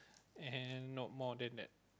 and no more than that